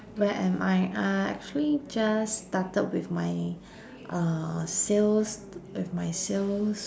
where am I uh actually just started with my uh sales with my sales